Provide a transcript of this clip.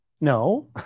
No